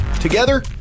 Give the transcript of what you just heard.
Together